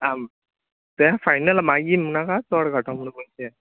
आं चय आंं फायनल मागीर म्हणनाका आं चड काडटा म्हणून पोयशे